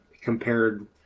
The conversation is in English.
compared